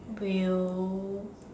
do you